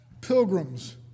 Pilgrims